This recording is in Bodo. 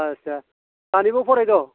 आथसा सानैबो फरायदों